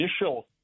initial